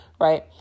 right